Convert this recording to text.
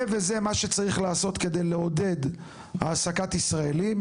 זה וזה מה שצריך לעשות כדי לעודד העסקת ישראלים,